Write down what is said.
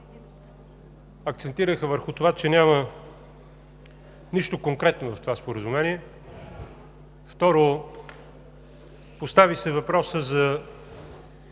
акцентираха върху това, че няма нищо конкретно в това споразумение. Второ, постави се въпросът